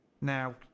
Now